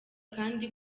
kandi